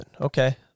Okay